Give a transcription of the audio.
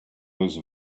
was